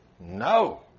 No